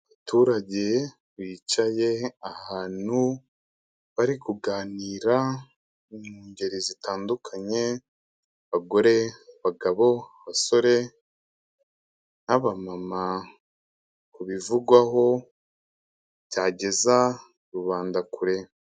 Abaturage bicaye ahantu, bari kuganira mu ngeri zitandukanye, abagore, abagabo, abasore, n'abamama, ku bivugwaho byageza rubanda kure.